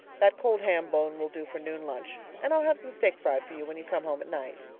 that cold ham bone will do for noon lunch and i'll have some steak fried for you when you come home at night.